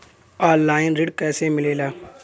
Online ऋण कैसे मिले ला?